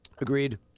Agreed